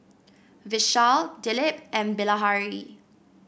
Vishal Dilip and Bilahari